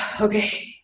Okay